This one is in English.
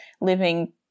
Living